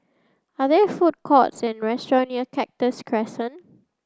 are there food courts and restaurant near Cactus Crescent